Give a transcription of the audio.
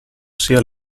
sia